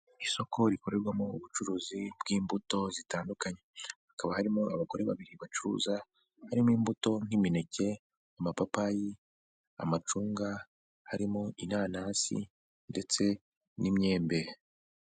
Isoko rikorerwamo ubucuruzi bw'imbuto zitandukanye hakaba harimo abagore babiri bacuruza harimo imbuto nk'imineke, amapapayi, amacunga harimo inanasi ndetse n'imyembe.